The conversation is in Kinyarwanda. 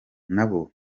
nabo